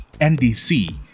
NDC